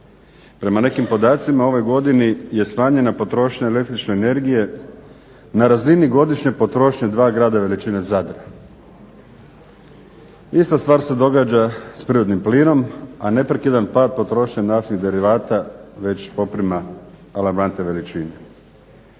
Prema nekim podacima u ovoj godini je smanjena potrošnja električne energije na razini godišnje potrošnje dva grada veličine Zadra. Ista stvar se događa s prirodnim plinom, a neprekidan pad potrošnje naftnih derivata već poprima alarmantne veličine.